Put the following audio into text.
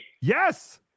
yes